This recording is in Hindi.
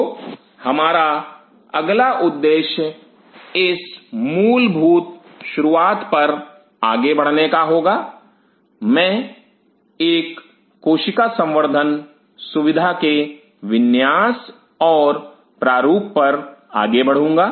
तो अगला हमारा उद्देश्य इस मूलभूत शुरुआत पर आगे बढ़ने का होगा मैं एक कोशिका संवर्धन सुविधा के विन्यास और प्रारूप पर आगे बढूंगा